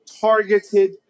targeted